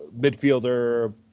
Midfielder